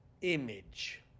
image